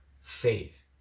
faith